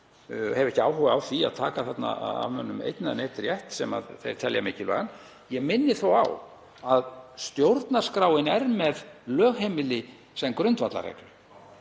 hef ekki áhuga á því að taka af mönnum einn eða neinn rétt sem þeir telja mikilvægan. Ég minni þó á að stjórnarskráin er með lögheimili sem grundvallarreglu